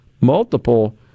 multiple